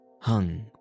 hung